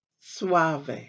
suave